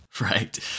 Right